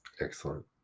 excellent